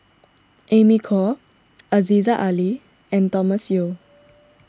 Amy Khor Aziza Ali and Thomas Yeo